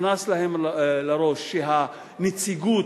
נכנס להם לראש שהנציגות,